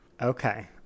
Okay